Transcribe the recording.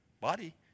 body